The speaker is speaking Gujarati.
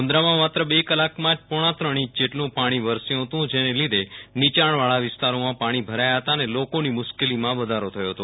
મુન્દ્રામાં માત્ર બે કલાકમાં જ પોણા ત્રણ ઈંચ જેટલું પાણી વરસ્યું હતું જેને લીધે નીચાણવાળા વિસ્તારોમાં પાણી ભરાયા હતા અને લોકોની મુશ્કેલીમાં વધારો થયો હતો